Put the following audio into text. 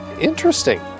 interesting